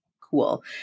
cool